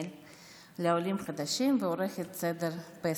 לעולים חדשים בכרמיאל ועורכת סדר פסח,